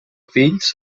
fills